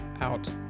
out